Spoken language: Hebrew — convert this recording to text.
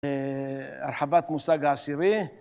הרחבת מושג העשירי.